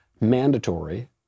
mandatory